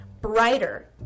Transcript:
BRIGHTER